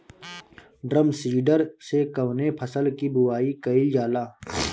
Drum seeder से कवने फसल कि बुआई कयील जाला?